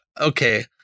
okay